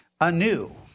anew